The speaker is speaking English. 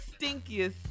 stinkiest